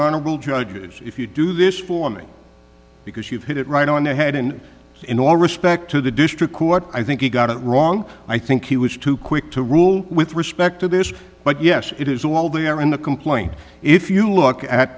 not judges if you do this for me because you've hit it right on the head and in all respect to the district court i think you got it wrong i think he was too quick to rule with respect to this but yes it is all there in the complaint if you look at